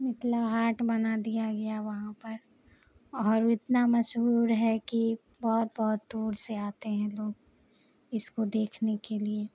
متھلا ہاٹ بنا دیا گیا وہاں پر اور اتنا مشہور ہے کہ بہت بہت دور سے آتے ہیں لوگ اس کو دیکھنے کے لیے